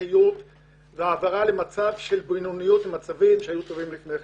שטחיות ומצב של בינוניות במקום מצב שהיה טוב יותר לפני כן.